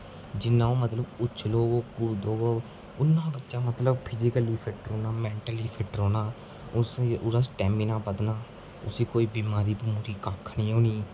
जिन्ना ओह् मतलब उछलग कुदग उन्ना बच्चा मतलब फिजीकली फिट रौह्ना मेन्टली फिट रौह्ना ओहदा स्टेमिना बधना उसी केईं बमारी कक्ख नेईं होनी